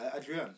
Adrian